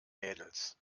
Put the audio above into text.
mädels